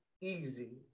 easy